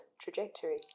trajectory